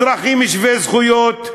אזרחים שווי זכויות,